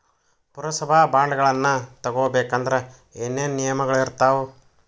ಪುರಸಭಾ ಬಾಂಡ್ಗಳನ್ನ ತಗೊಬೇಕಂದ್ರ ಏನೇನ ನಿಯಮಗಳಿರ್ತಾವ?